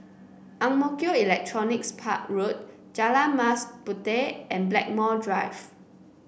Ang Mo Kio Electronics Park Road Jalan Mas Puteh and Blackmore Drive